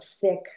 thick